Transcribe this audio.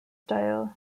style